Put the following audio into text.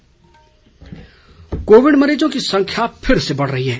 Covid संदेश covid मरीजों की संख्या फिर से बढ़ रही है